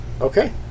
Okay